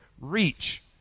reach